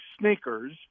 sneakers